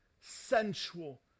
sensual